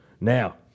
Now